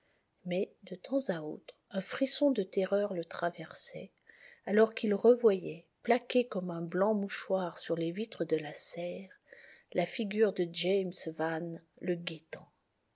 mais de temps à autre un frisson de terreur le traversait alors qu'il revoyait plaquée comme un blanc mouchoir sur les vitres de la serre la figure de james yane le